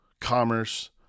commerce